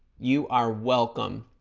you are welcome